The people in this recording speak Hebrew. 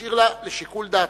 משאיר לשיקול דעתה.